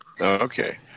Okay